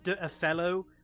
Othello